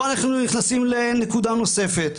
פה אנחנו נכנסים לנקודה נוספת,